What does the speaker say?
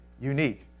unique